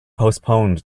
postponed